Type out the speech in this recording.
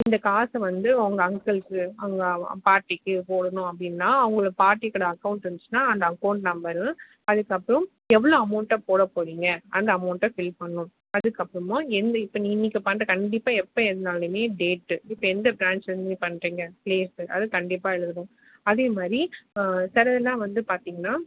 இந்த காசை வந்து அவங்க அங்கிள்க்கு அவங்க பாட்டிக்கு போடணும் அப்படின்னா அவங்களோட பாட்டிக்கோட அகௌண்ட் இருந்துச்சின்னா அந்த அகௌண்ட் நம்பரு அதுக்கப்புறம் எவ்வளோ அமௌண்ட்டை போடப் போகிறீங்க அந்த அமௌண்டை ஃபில் பண்ணணும் அதுக்கப்புறமா எந்த இப்போ நீங்கள் இப்போ பண்ணுற கண்டிப்பாக எப்போது இருந்தாலும் டேட்டு இப்போ எந்த ப்ராஞ்ச்லேருந்து நீங்கள் பண்ணுறீங்க ப்ளேஸூ அதை கண்டிப்பாக எழுதணும் அதேமாதிரி சிலதுலாம் வந்து பார்த்திங்கனா